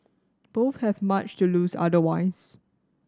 both have much to lose otherwise